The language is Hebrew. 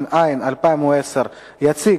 התש"ע 2010. יציג